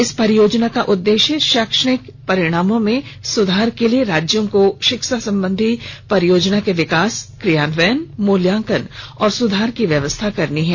इस परियोजना का उद्देश्य शैक्षिक परिणामों में सुधार के लिए राज्यों को शिक्षा संबंधी परियोजना के विकास क्रियान्वयन मूल्यांकन और सुधार की व्यवस्था करनी है